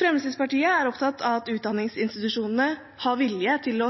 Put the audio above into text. Fremskrittspartiet er opptatt av at utdanningsinstitusjonene har vilje til å